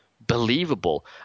believable